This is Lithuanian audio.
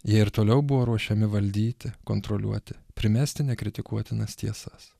jie ir toliau buvo ruošiami valdyti kontroliuoti primesti nekritikuotinas tiesas